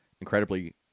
incredibly